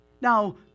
Now